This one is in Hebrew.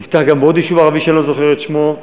נפתח גם בעוד יישוב ערבי, אני לא זוכר את שמו,